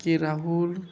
କେ Rahul